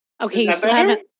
Okay